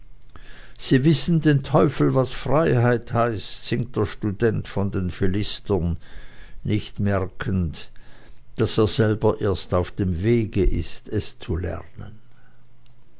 sie wissen den teufel was freiheit heißt singt der student von den philistern nicht merkend daß er selber erst auf dem wege ist es zu lernen